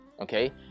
okay